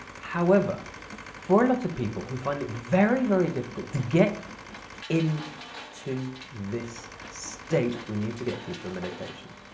however for a lot of people who find it very very difficult to get in to this state, we need to get to for meditation,